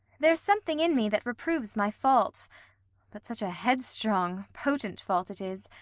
there s something in me that reproves my fault but such a headstrong potent fault it is,